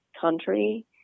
country